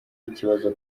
ikibazo